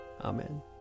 Amen